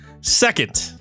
Second